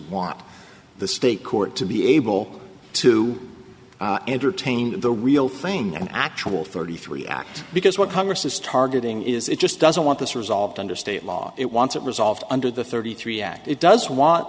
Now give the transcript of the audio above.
want the state court to be able to entertain the real thing and actual thirty three act because what congress is targeting is it just doesn't want this resolved under state law it wants it resolved under the thirty three act it does want